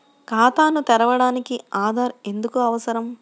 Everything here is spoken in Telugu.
ఖాతాను తెరవడానికి ఆధార్ ఎందుకు అవసరం?